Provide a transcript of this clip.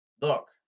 Look